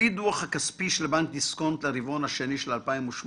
לפי הדוח הכספי של בנק דיסקונט לרבעון השני של 2018